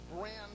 brand